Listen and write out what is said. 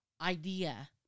idea